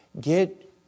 get